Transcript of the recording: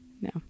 no